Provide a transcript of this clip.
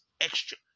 extra